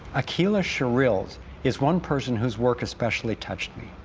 aqeela sherrills is one person whose work has specially touched me.